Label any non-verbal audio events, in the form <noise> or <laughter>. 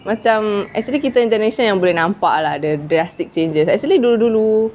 macam actually kita <noise> yang boleh nampak lah the drastic changes actually dulu-dulu